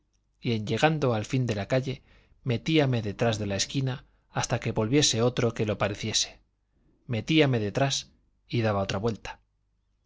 en llegando al fin de la calle metíame detrás de la esquina hasta que volviese otro que lo pareciese metíame detrás y daba otra vuelta